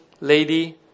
lady